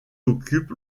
occupe